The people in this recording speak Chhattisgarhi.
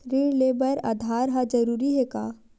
ऋण ले बर आधार ह जरूरी हे का?